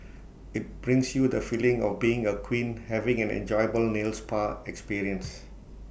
IT brings you the feeling of being A queen having an enjoyable nail spa experience